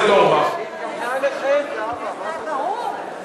תישארי עם